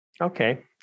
Okay